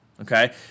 Okay